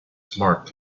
marked